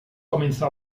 comenzó